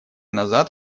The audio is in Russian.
назад